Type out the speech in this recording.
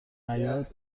نیاد